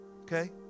okay